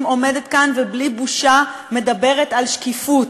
עומדת כאן ובלי בושה מדברת על שקיפות.